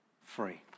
free